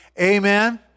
Amen